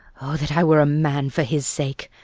o! that i were a man for his sake,